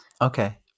Okay